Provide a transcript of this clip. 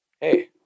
hey